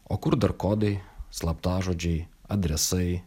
o kur dar kodai slaptažodžiai adresai